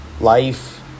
life